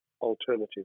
alternative